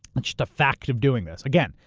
it's just a fact of doing this. again,